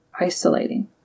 isolating